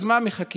אז למה מחכים,